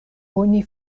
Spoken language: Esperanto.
oni